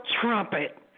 trumpet